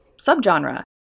Subgenre